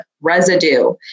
residue